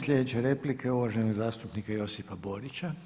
Sljedeća replika je uvaženog zastupnika Josipa Borića.